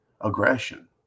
aggression